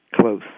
close